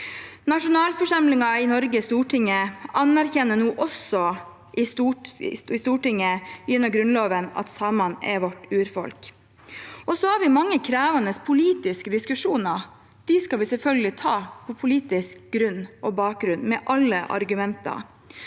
Nasjonalforsamlingen i Norge, Stortinget, anerkjenner nå også i Stortinget gjennom Grunnloven at samene er vårt urfolk. Vi har mange krevende politiske diskusjoner. Dem skal vi selvfølgelig ta på politisk grunnlag og bakgrunn, med alle argumenter,